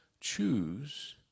choose